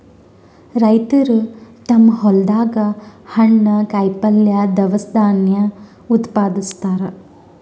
ರೈತರ್ ತಮ್ಮ್ ಹೊಲ್ದಾಗ ಹಣ್ಣ್, ಕಾಯಿಪಲ್ಯ, ದವಸ ಧಾನ್ಯ ಉತ್ಪಾದಸ್ತಾರ್